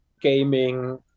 gaming